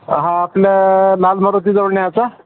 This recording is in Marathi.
हा आपलं लाल मारुतीजवळ न्यायचा